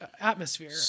atmosphere